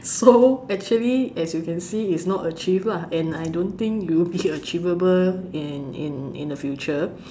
so actually as you can it's not achieved lah and I don't think it will be achievable in in in the future